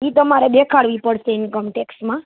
એ તમારે દેખાડવી પડશે ઇનકમ ટેક્સમાં